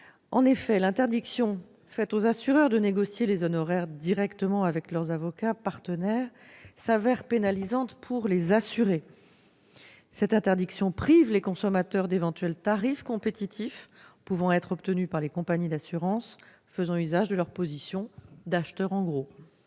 En effet, l'interdiction faite aux assureurs de négocier les honoraires directement avec leurs avocats partenaires s'avère pénalisante pour les assurés. Cette interdiction prive les consommateurs d'éventuels tarifs compétitifs pouvant être obtenus par les compagnies d'assurance, faisant usage de leur position d'acheteurs en gros.